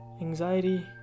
anxiety